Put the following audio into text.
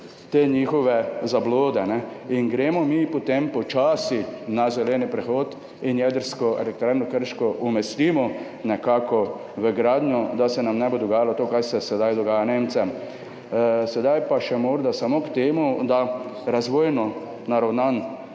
te njihove zablode. In gremo mi potem počasi na zeleni prehod in jedrsko elektrarno Krško nekako umestimo v gradnjo, da se nam ne bo dogajalo to, kar se sedaj dogaja Nemcem. Sedaj pa še morda samo k razvojno naravnanemu